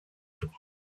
jour